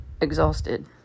exhausted